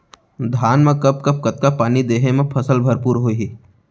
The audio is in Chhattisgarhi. धान मा कब कब कतका पानी देहे मा फसल भरपूर होही?